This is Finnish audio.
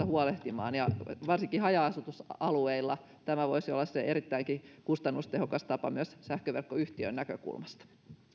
huolehtimaan varsinkin haja asutusalueilla tämä voisi olla erittäinkin kustannustehokas tapa myös sähköverkkoyhtiön näkökulmasta